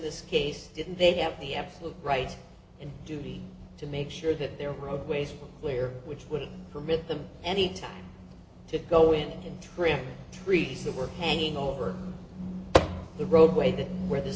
this case they have the absolute right and duty to make sure that their roadways clear which would permit them any time to go in and trim trees that were hanging over the roadway that where th